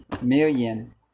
million